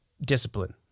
discipline